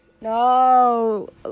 No